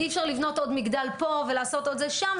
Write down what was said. אי אפשר לבנות עוד מגדל פה ולעשות עוד זה שם,